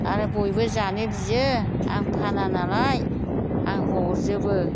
आरो बयबो जानो बियो आं फाना नालाय आं हरजोबो